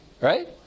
Right